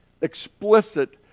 explicit